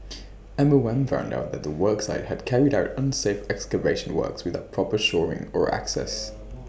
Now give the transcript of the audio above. M O M found out that the work site had carried out unsafe excavation works without proper shoring or access